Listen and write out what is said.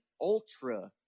ultra